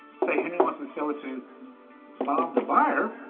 say henry wants to sell it to bob the buyer